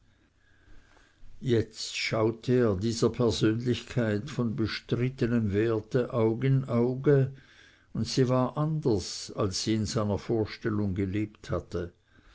jetzt schaute er dieser persönlichkeit von bestrittenem werte aug in auge und sie war anders als sie in seiner vorstellung gelebt hatte